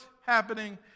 happening